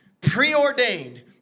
preordained